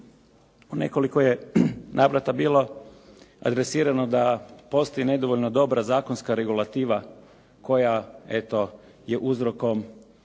U nekoliko je navrata bilo adresirano da postoji nedovoljno dobra zakonska regulativa koja eto je uzrokom